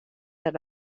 per